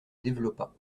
développa